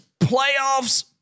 playoffs